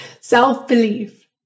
Self-belief